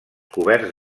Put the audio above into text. coberts